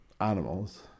animals